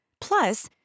Plus